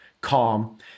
calm